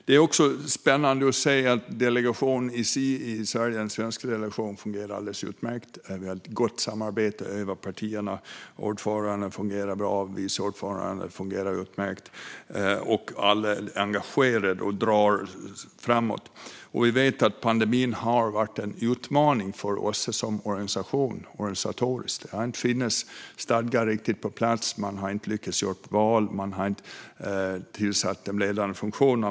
Det är också spännande att se att delegationen i Sverige, den svenska delegationen i sig, fungerar alldeles utmärkt. Vi har ett gott samarbete över partigränserna. Ordföranden fungerar bra, vice ordföranden fungerar utmärkt och alla är engagerade och drar framåt. Vi vet att pandemin har varit en utmaning för OSSE även organisatoriskt. Det har inte funnits stadgar riktigt på plats. Man har inte lyckats göra val. Man har inte tillsatt ledande funktioner.